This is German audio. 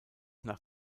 nach